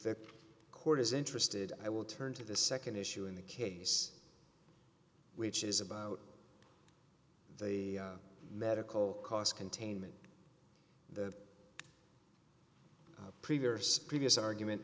the court is interested i will turn to the nd issue in the case which is about the medical cost containment the previous previous argument